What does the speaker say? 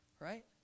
Right